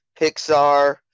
Pixar